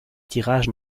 tirages